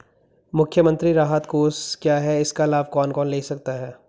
मुख्यमंत्री राहत कोष क्या है इसका लाभ कौन कौन ले सकता है?